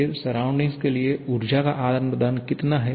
फिर सराउंडिंग के लिए ऊर्जा का आदान प्रदान कितना है